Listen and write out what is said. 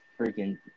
freaking